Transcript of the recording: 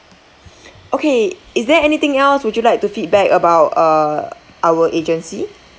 okay is there anything else would you like to feedback about uh our agency